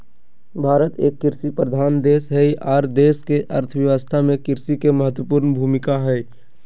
भारत एक कृषि प्रधान देश हई आर देश के अर्थ व्यवस्था में कृषि के महत्वपूर्ण भूमिका हई